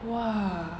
!wah!